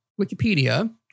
Wikipedia